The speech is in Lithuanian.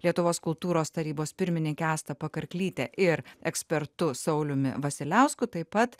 lietuvos kultūros tarybos pirmininke asta pakarklyte ir ekspertu sauliumi vasiliausku taip pat